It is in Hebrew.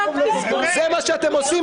זה מה שאתם עושים,